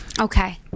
Okay